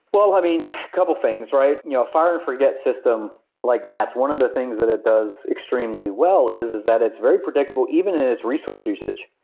well i mean, a couple things, right? you know fire forget system, like nats one of the things that it does extremely well is is that it's very predictable even as resource usage.